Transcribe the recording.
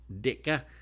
Dicka